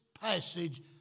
passage